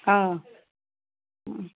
अ